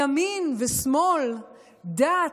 כי ימין ושמאל, דת,